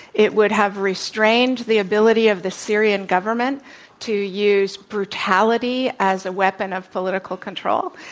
it would have restrained the ability of the syrian government to use brutality as a weapon of political control.